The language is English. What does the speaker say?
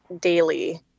daily